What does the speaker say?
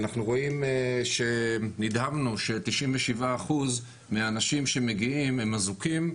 נדהמנו ש-97% מהאנשים שמגיעים הם אזוקים,